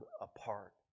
apart